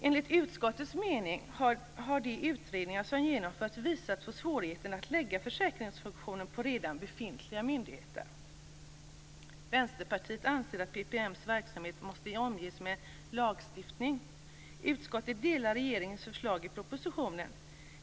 Enligt utskottets mening har de utredningar som genomförts visat på svårigheterna att lägga försäkringsfunktionen på redan befintliga myndigheter. Vänsterpartiet anser att PPM:s verksamhet måste omges med en lagstiftning. Utskottet delar regeringens förslag i propositionen.